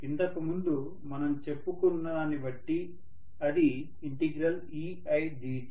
ఇంతకు ముందు మనం చెప్పుకున్న దాన్నిబట్టి అది eidt